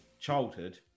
Childhood